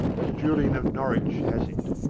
as julian of norwich has it.